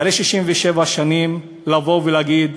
אחרי 67 שנים, לבוא ולהגיד: